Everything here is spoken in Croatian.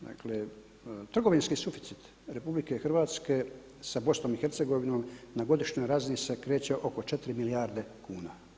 Dakle trgovinski suficit RH sa BiH na godišnjoj razini se kreće oko 4 milijarde kuna.